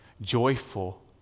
joyful